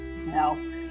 no